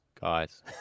guys